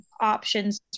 options